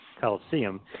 Coliseum